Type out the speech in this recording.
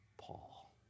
Paul